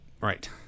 right